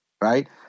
right